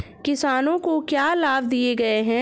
किसानों को क्या लाभ दिए गए हैं?